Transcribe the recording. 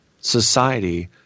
society